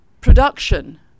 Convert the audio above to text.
production